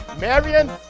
Marion